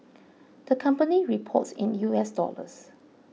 the company reports in U S dollars